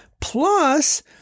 Plus